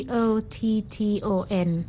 Cotton